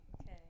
Okay